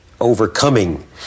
overcoming